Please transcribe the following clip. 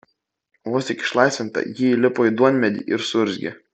vos tik išlaisvinta ji įlipo į duonmedį ir suurzgė